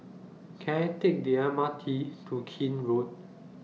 Can I Take The M R T to Keene Road